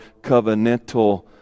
covenantal